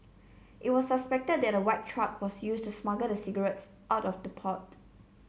it was suspected that a white truck was used to smuggle the cigarettes out of the port